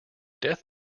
death